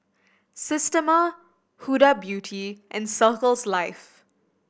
Systema Huda Beauty and Circles Life